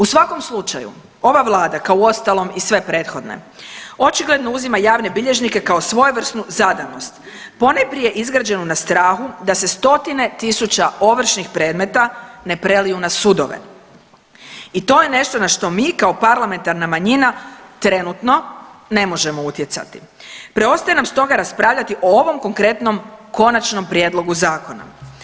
U svakom slučaju ova vlada, kao uostalom i sve prethodne očigledno uzima javne bilježnike kao svojevrsnu zadanost, ponajprije izgrađenu na strahu da se stotine tisuća ovršnih predmeta ne preliju na sudove i to je nešto na što mi kao parlamentarna manjina trenutno ne možemo utjecati, preostaje nam stoga raspravljati o ovom konkretnom konačnom prijedlogu zakona.